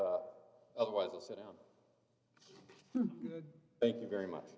have otherwise i'll sit down thank you very much